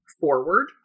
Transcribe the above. forward